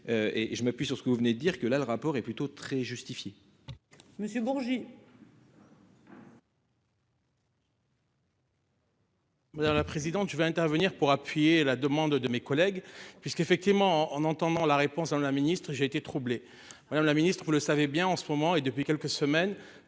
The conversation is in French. Et je m'appuie sur ce que vous venez dire que la, le rapport est plutôt très justifié. Monsieur Bourgi. Voilà la présidente, je vais intervenir pour appuyer la demande de mes collègues puisqu'effectivement en entendant la réponse de la ministre et j'ai été troublé Madame la Ministre vous le savez bien, en ce moment et depuis quelques semaines,